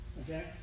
Okay